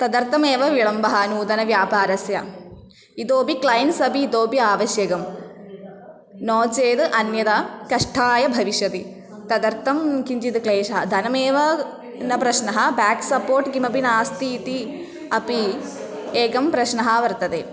तदर्थमेव विलम्बः नूतनव्यापारस्य इतोपि क्लैण्ट्स् अपि इतोपि आवश्यकं नो चेद् अन्यथा कष्टाय भविष्यति तदर्थं किञ्चिद् क्लेशः धनमेव न प्रश्नः बेक् सपोर्ट् किमपि नास्ति इति अपि एकः प्रश्नः वर्तते